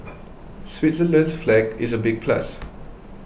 Switzerland's flag is a big plus